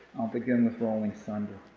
i'll begin with rolling thunder.